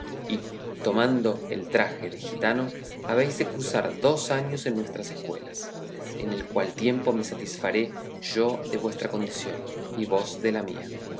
y tomando el traje de gitano habéis de cursar dos años en nuestras escuelas en el cual tiempo me satisfaré yo de vuestra condición y vos de la mía